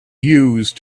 used